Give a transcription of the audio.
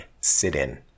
sit-in